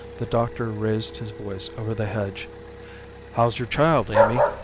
the doctor raised his voice over the hedge how's your child, amy?